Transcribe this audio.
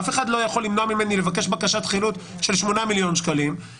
אף אחד לא יכול למנוע ממני לבקש בקשת חילוט של 8 מיליון שקלים,